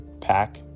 pack